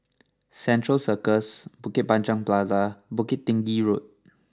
Central Circus Bukit Panjang Plaza Bukit Tinggi Road